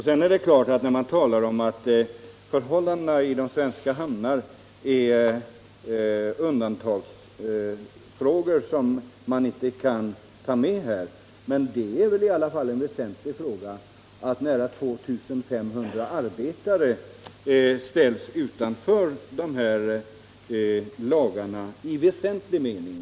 Sedan är det klart att frågan om förhållandena i svenska hamnar är en undantagsfråga, som man säger att man inte kan ta med här. Men det är väl i alla fall en viktig fråga, eftersom nära 2 500 arbetare därigenom ställs utanför de här lagarna i väsentlig mening.